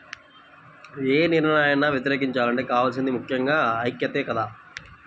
యే నిర్ణయాన్నైనా వ్యతిరేకించాలంటే కావాల్సింది ముక్కెంగా ఐక్యతే కదా